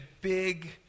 big